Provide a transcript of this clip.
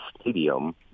stadium –